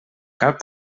cal